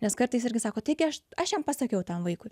nes kartais irgi sako taigi aš aš jam pasakiau tam vaikui